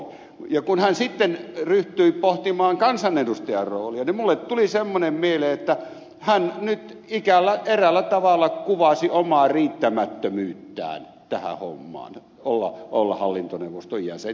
kun hän sitten ryhtyi pohtimaan kansanedustajan roolia niin minulle tuli semmoinen mieleen että hän nyt eräällä tavalla kuvasi omaa riittämättömyyttään tähän hommaan olla hallintoneuvoston jäsen